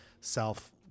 self